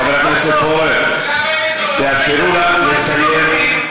חבר הכנסת פורר, תאפשרו לה לסיים.